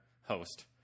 host